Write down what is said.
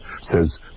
says